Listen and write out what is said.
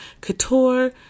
couture